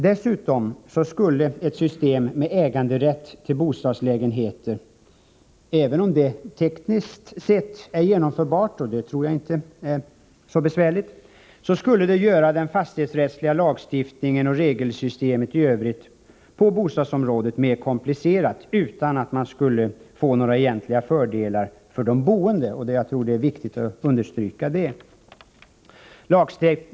Dessutom skulle ett system med äganderätt till bostadslägenheter, även om det tekniskt sett är genomförbart — jag tror inte att det är så tekniskt besvärligt — göra den fastighetsrättsliga lagstiftningen och regelsystemet i Övrigt på bostadsområdet mer komplicerat utan att det skulle medföra några egentliga fördelar för de boende. Jag tror att det är viktigt att understryka det.